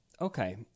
Okay